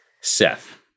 Seth